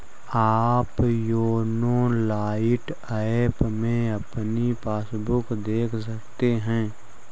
आप YONO lite app में अपनी पासबुक देख सकते हैं